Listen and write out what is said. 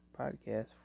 podcast